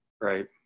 right